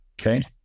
okay